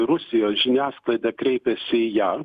rusijos žiniasklaida kreipėsi į ją